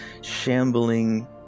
shambling